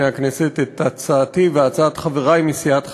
הכנסת את הצעתי והצעת חברי מסיעת חד"ש,